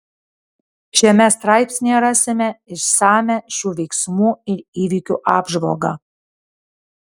šiame straipsnyje rasime išsamią šių veiksmų ir įvykių apžvalgą